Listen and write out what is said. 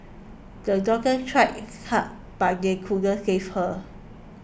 the doctors tried hard but they couldn't save her